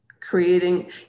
creating